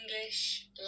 english